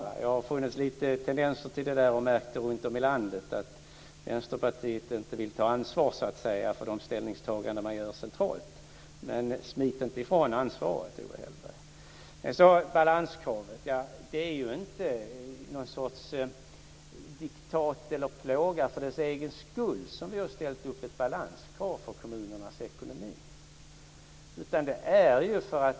Det har funnits lite tendenser till det runtom i landet att Vänsterpartiet inte vill ta ansvar för de ställningstaganden man gör centralt. Smit inte ifrån ansvaret, Att vi har ställt upp ett balanskrav för kommunernas ekonomi är inte någon sorts diktat eller plåga för dess eget skull.